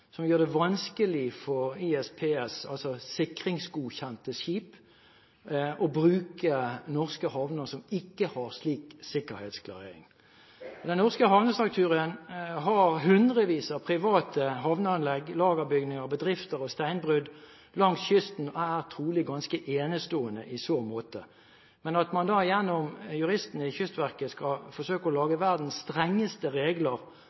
som gjør det vanskelig for ISPS, altså sikringsgodkjente skip, å bruke norske havner som ikke har slik sikkerhetsklarering. Den norske havnestrukturen har hundrevis av private havneanlegg, lagerbygninger, bedrifter og steinbrudd langs kysten og er trolig ganske enestående i så måte. Men at man da gjennom juristene i Kystverket skal forsøke å lage verdens strengeste regler